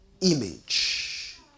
image